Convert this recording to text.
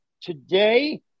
today